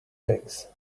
things